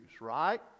right